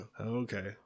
okay